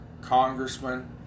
congressman